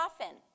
often